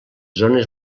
zones